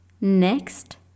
next